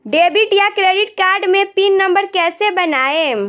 Debit या credit card मे pin number कैसे बनाएम?